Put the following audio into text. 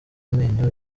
amenyo